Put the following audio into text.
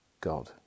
God